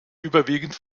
überwiegend